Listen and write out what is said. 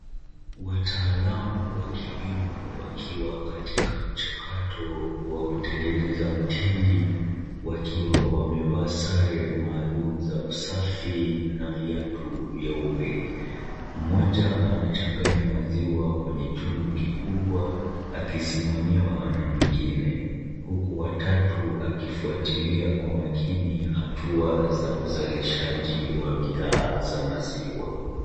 Wataalamu wa kilimo wakiwa katika mchakato wa kutengeneza mtindi wakiwa wamevaa sare maalum za usafi na viatu vyeupe. Mmoja anachanganya maziwa kwenye chungu kikubwa akisimamiwa na mwingine, huku watatu akifuatilia kwa makini hatua za uzalishaji za bidhaa za maziwa.